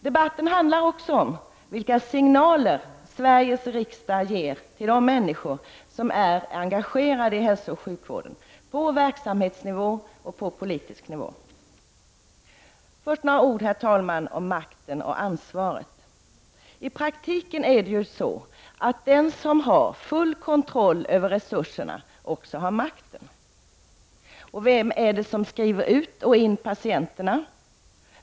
Debatten handlar också om vilka signaler Sveriges riksdag ger till de människor som är engagerade i hälsooch sjukvården på verksamhetsnivå och på politisk nivå. Herr talman! Först några ord om makten och ansvaret. I praktiken är det så att den som har full kontroll över resurserna också har makten. Vem är det som skriver ut och in patienterna?